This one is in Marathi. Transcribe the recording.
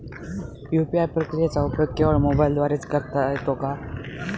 यू.पी.आय प्रक्रियेचा उपयोग केवळ मोबाईलद्वारे च करता येतो का?